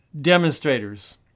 demonstrators